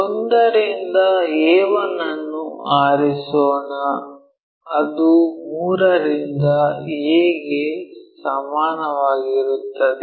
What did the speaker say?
1 ರಿಂದ a1 ಅನ್ನು ಆರಿಸೋಣ ಅದು 3 ರಿಂದ a ಗೆ ಸಮಾನವಾಗಿರುತ್ತದೆ